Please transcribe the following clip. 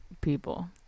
people